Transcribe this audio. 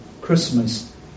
Christmas